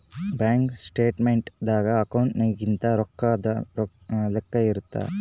bank statement ದಾಗ ಅಕೌಂಟ್ನಾಗಿಂದು ರೊಕ್ಕದ್ ಲೆಕ್ಕ ಇರುತ್ತ